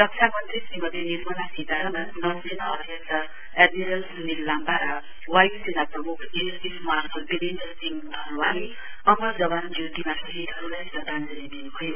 रक्षामन्त्री श्रीमती निर्माला सीताराम नौसेना अध्यक्ष एडमिरल स्नील लाम्बा र वाय्सेना प्रम्ख air chief marshal Birender Singh धनोआले अमर जवान ज्योतिमा शहीदहरुलाई श्रध्याञ्जली दिनुभयो